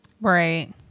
Right